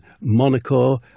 Monaco